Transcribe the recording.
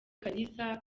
kalisa